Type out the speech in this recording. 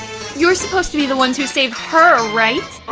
you're supposed to be the ones who save her, right?